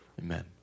Amen